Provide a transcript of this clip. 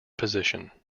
position